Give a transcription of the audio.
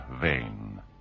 vain